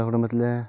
നമ്മളെ കുംടുംബത്തിലെ